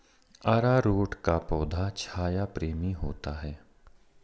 अरारोट का पौधा छाया प्रेमी होता है